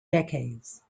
decades